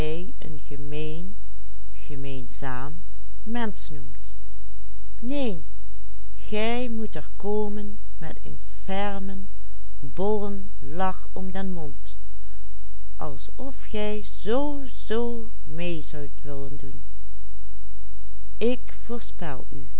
gij moet er komen met een fermen bollen lach om den mond alsof gij zoozoo mee zoudt willen doen ik voorspel u